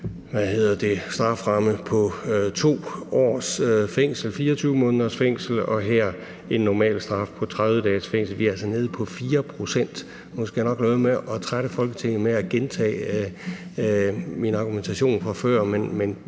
strafferamme på 2 års fængsel, 24 måneders fængsel, og her en normalstraf på 30 dages fængsel. Vi er altså nede på 4 pct. Nu skal jeg nok lade være med at trætte Folketinget med at gentage min argumentation fra før,